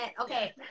Okay